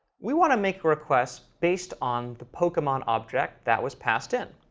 we want to make requests based on the pokemon object that was passed in.